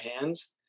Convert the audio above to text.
hands